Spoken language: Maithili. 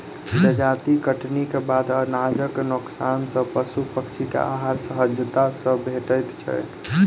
जजाति कटनीक बाद अनाजक नोकसान सॅ पशु पक्षी के आहार सहजता सॅ भेटैत छै